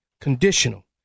conditional